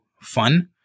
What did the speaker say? fun